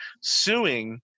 suing